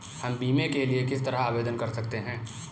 हम बीमे के लिए किस तरह आवेदन कर सकते हैं?